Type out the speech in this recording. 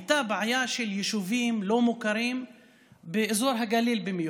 הייתה בעיה של יישובים לא מוכרים באזור הגליל במיוחד.